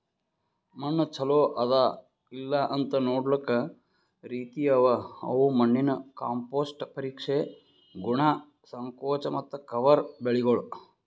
ಮಣ್ಣ ಚಲೋ ಅದಾ ಇಲ್ಲಾಅಂತ್ ನೊಡ್ಲುಕ್ ರೀತಿ ಅವಾ ಅವು ಮಣ್ಣಿನ ಕಾಂಪೋಸ್ಟ್, ಪರೀಕ್ಷೆ, ಗುಣ, ಸಂಕೋಚ ಮತ್ತ ಕವರ್ ಬೆಳಿಗೊಳ್